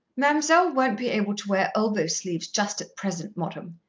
mam'selle won't be able to wear elbow-sleeves just at present, moddam,